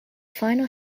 final